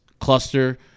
cluster